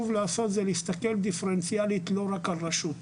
לעשות זה להסתכל דיפרנציאלית לא רק על רשות,